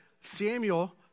Samuel